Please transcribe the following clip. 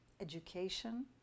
education